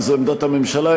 וזו עמדת הממשלה,